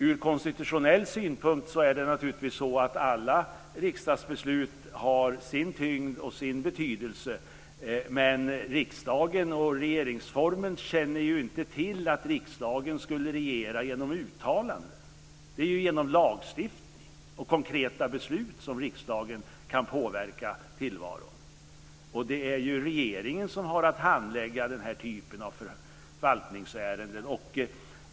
Ur konstitutionell synpunkt har naturligtvis alla riksdagsbeslut sin tyngd och sin betydelse, men riksdagsordningen och regeringsformen känner inte till att riksdagen skulle regera genom uttalanden. Det är ju genom lagstiftning och konkreta beslut som riksdagen kan påverka tillvaron. Det är regeringen som har att handlägga den här typen av förvaltningsärenden.